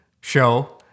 show